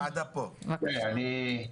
בקשה.